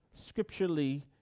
Scripturally